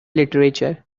literature